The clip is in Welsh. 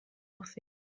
hoffi